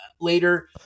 later